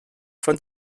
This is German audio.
von